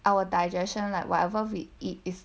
our digestion like whatever we eat is